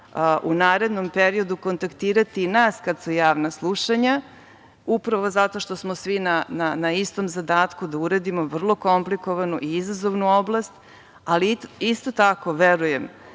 u narednom periodu kontaktirati nas kada su javna slušanja, upravo zato što smo svi na istom zadatku da uradimo vrlo komplikovanu i izazovnu oblast, ali isto tako verujem